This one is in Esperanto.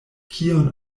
kion